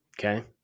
Okay